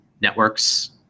Networks